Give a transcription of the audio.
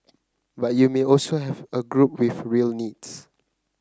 but you may also have a group with real needs